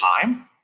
time